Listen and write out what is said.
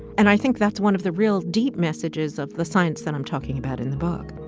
and i think that's one of the real deep messages of the science that i'm talking about in the book